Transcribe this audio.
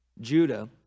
Judah